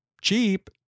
cheap